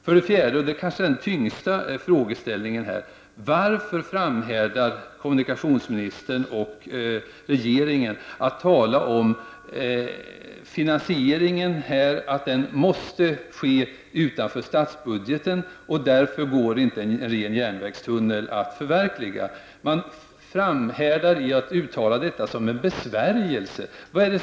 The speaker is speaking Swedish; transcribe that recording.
För det fjärde, och det är kanske den tyngsta frågeställningen: Varför framhärdar kommunikationsministern och regeringen i sin uppfattning att finansieringen måste ske utanför statsbudgeten, varför går det inte att förverkliga projektet enbart med järnvägstunnel? Regeringen framhärdar i att uttala detta som en besvärjelse.